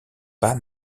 pas